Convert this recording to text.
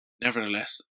nevertheless